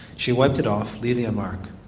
she wiped it off, leaving a mark,